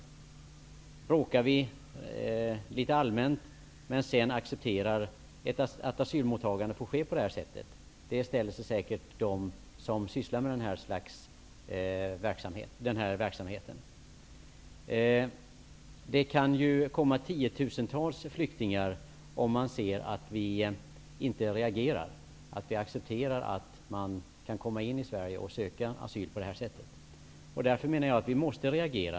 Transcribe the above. Först bråkar vi litet allmänt, men sedan accepterar vi att ett asylmottagande får ske på det här sättet. Det ställer sig säkert de som sysslar med den här verksamheten bakom. Om vi inte reagerar utan accepterar att man kan komma in i Sverige och söka asyl på det här sättet kan det komma tiotusentals flyktingar. Därför menar jag att vi måste reagera.